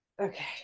Okay